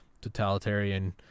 totalitarian